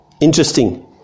Interesting